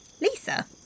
Lisa